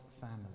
family